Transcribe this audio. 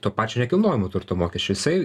to pačio nekilnojamo turto mokesčio jisai